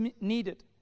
needed